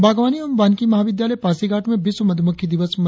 बागवानी एवं वानिकी महाविद्यालय पासीघाट में विश्व मधुमक्खी दिवस मनाया गया